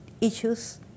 issues